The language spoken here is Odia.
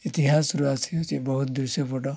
ଇତିହାସରୁ ଆସି ଅଛି ବହୁତ ଦୃଶ୍ୟପଟ